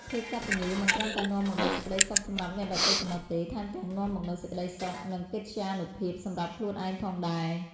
ភាពកត្តញ្ញូមិនត្រឹមតែនាំមកនូវសេចក្តីសុខសម្រាប់អ្នកដទៃប៉ុណ្ណោះទេ ថែមទាំងនាំមកនូវសេចក្តីសុខ និងកិត្យានុភាពសម្រាប់ខ្លួនឯងផងដែរ។